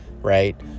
right